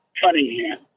Cunningham